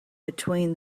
between